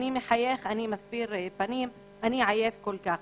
אני מחייך, אני מסביר פנים, אני עייף כל כך".